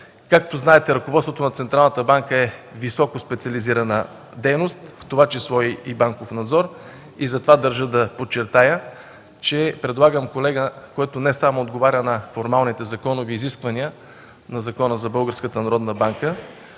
Както знаете, ръководството на Централната банка е високоспециализирана дейност, в това число и „Банков надзор”. Държа да подчертая, че предлагам колега, който не само отговаря на формалните законови изисквания – на Закона за